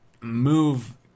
move